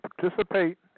participate